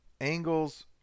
Angle's